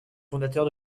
fondateur